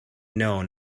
known